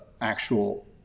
actual